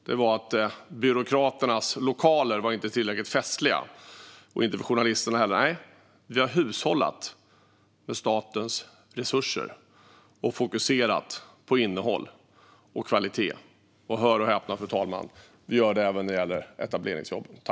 Det var att byråkraternas lokaler inte var tillräckligt festliga och inte journalisternas heller. Nej, vi har hushållat med statens resurser och fokuserat på innehåll och kvalitet. Och hör och häpna, fru talman, vi gör det även när det gäller etableringsjobben.